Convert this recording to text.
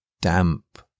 damp